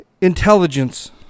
intelligence